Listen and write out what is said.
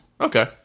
Okay